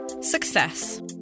Success